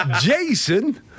Jason